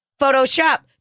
Photoshop